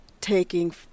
taking